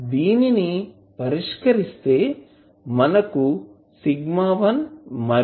దీనిని పరిష్కరిస్తే మనకు σ1 మరియు σ2 వస్తాయి